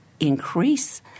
increase